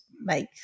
make